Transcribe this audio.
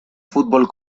fútbol